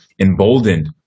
emboldened